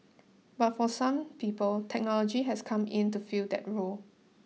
but for some people technology has come in to fill that role